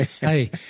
Hey